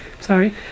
sorry